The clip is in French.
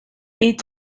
est